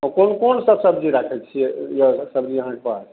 को कोन कोन सब्जी राखय छियै यऽ सब्जी अहाँके पास